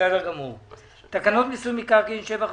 הצבעה